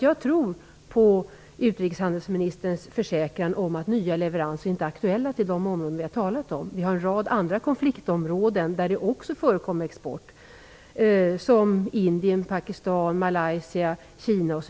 Jag tror på utrikeshandelsministerns försäkran om att nya leveranser inte är aktuella till de områden som vi har talat om. Det finns en rad andra konfliktområden där det också förekommer export, som Indien, Pakistan, Malaysia, Kina.